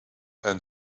and